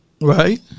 Right